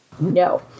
No